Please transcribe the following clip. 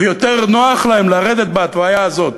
ויותר נוח להם לרדת בהתוויה הזאת,